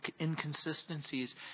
inconsistencies